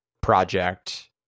project